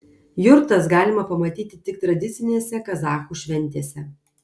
jurtas galima pamatyti tik tradicinėse kazachų šventėse